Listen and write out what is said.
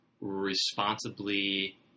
responsibly